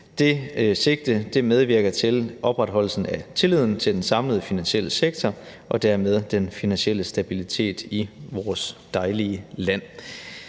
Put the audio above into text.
Det sigte medvirker til opretholdelsen af tilliden til den samlede finansielle sektor og dermed den finansielle stabilitet i vores dejlige land.